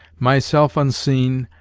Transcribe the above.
myself unseen,